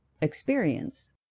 experience